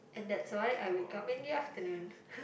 and that's why I will come in the afternoon